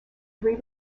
three